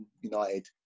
United